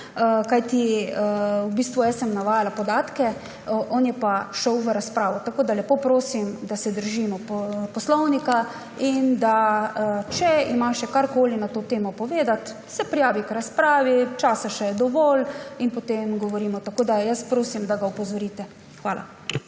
kajti jaz sem navajala podatke, on je pa šel v razpravo. Tako da lepo prosim, da se držimo poslovnika in da če ima še karkoli na to temo povedati, se prijavi k razpravi, časa še je dovolj, in potem govorimo. Jaz prosim, da ga opozorite. Hvala.